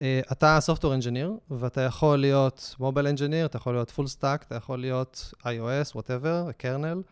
אתה סופטוור אינג'יניר, ואתה יכול להיות מוביל אינג'יניר, אתה יכול להיות פול סטאק, אתה יכול להיות איי-או-אס, וואטאבר, קרנל.